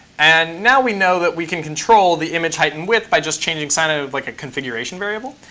and now we know that we can control the image height and width by just changing kind of like a configuration variable.